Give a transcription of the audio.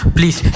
Please